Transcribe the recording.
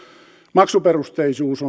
maksuperusteisuus